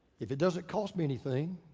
if it doesn't cost me anything,